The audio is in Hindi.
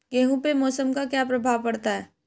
गेहूँ पे मौसम का क्या प्रभाव पड़ता है?